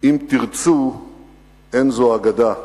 "אם תרצו אין זו אגדה",